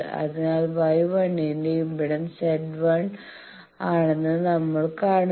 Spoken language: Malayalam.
അതിനാൽ Y 1 ന്റെ ഇംപെഡൻസ് Z1 ആണെന്ന് നമ്മൾ കാണുന്നു